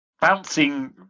Bouncing